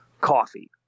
coffee